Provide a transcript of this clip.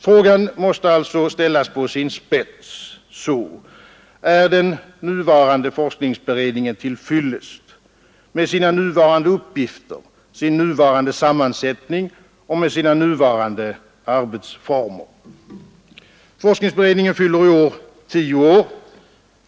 Frågan måste alltså ställas på sin spets på detta sätt: Är den nuvarande forskningsberedningen till fyllest med sina nuvarande uppgifter, sin nuvarande sammansättning och med sina nuvarande arbetsformer? Forskningsberedningen fyller i år tio år.